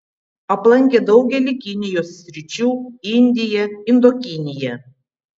aplankė daugelį kinijos sričių indiją indokiniją